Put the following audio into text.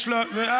אתה קשקשן.